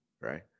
Right